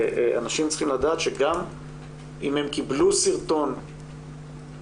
אנשים צריכים לדעת שגם אם הם קיבלו סרטון פסול,